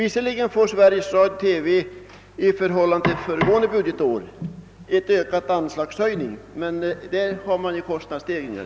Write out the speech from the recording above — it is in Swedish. Visserligen får Sveriges Radio en anslagshöjning i förhållande till anslaget föregående budgetår, men detta förbrukas säkerligen av automatiska kostnadsstegringar.